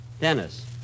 Dennis